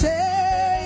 Say